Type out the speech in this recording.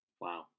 wow